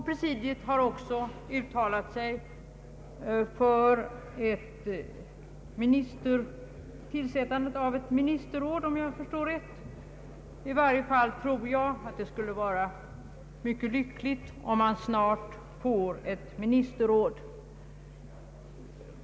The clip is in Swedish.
Presidiet har också uttalat sig för tillsättandet av ett ministerråd, om jag förstår rätt. I varje fall tror jag att det skulle vara mycket lyckligt, om vi snart finge ett ministerråd.